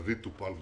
אבי טופל בו,